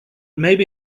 maybe